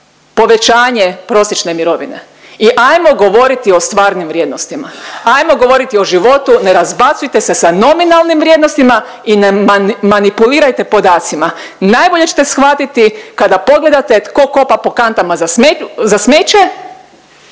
povećanje prosječne mirovine i ajmo govoriti o stvarnim vrijednostima, ajmo govoriti o životu, ne razbacujte se sa nominalnim vrijednostima i ne manipulirajte podacima, najbolje ćete shvatiti kada pogledate tko kopa po kantama za smeće,